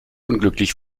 unglücklich